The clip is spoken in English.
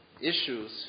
issues